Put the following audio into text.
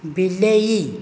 ବିଲେଇ